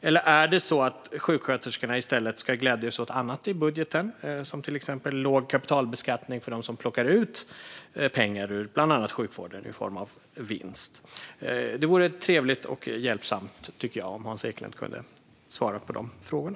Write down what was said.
Eller är det så att sjuksköterskorna i stället ska glädjas åt annat i budgeten, till exempel låg kapitalbeskattning för dem som plockar ut pengar ur bland annat sjukvården i form av vinst? Det vore trevligt och hjälpsamt, tycker jag, om Hans Eklind kunde svara på de frågorna.